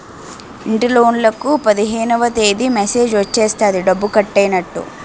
ఇంటిలోన్లకు పదిహేనవ తేదీ మెసేజ్ వచ్చేస్తది డబ్బు కట్టైనట్టు